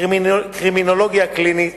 קרימינולוגיה קלינית,